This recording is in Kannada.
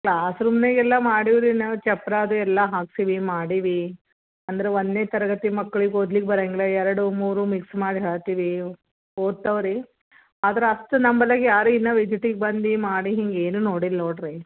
ಕ್ಲಾಸ್ ರೂಮ್ನಾಗೆಲ್ಲ ಮಾಡೀವ್ರಿ ನಾವು ಚಪ್ಪರ ಅದು ಎಲ್ಲ ಹಾಕ್ಸೀವಿ ಮಾಡೀವಿ ಅಂದ್ರೆ ಒಂದ್ನೇ ತರಗತಿ ಮಕ್ಳಿಗೆ ಓದ್ಲಿಕ್ಕೆ ಬರೋಂಗಿಲ್ಲ ಎರಡು ಮೂರು ಮಿಕ್ಸ್ ಮಾಡಿ ಹೇಳ್ತೀವಿ ಓದ್ತವೆ ರೀ ಅದ್ರ ಅಷ್ಟು ನಮಗೆಲ್ಲ ಯಾರು ಇನ್ನೂ ವಿಸಿಟಿಗೆ ಬಂದು ಮಾಡಿ ಹಿಂಗೆ ಏನೂ ನೋಡಿಲ್ಲ ನೋಡಿರಿ